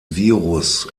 virus